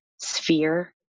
sphere